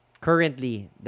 currently